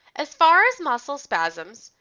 as far as muscle spasms,